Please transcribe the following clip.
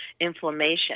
inflammation